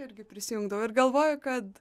irgi prisijungdavau ir galvoju kad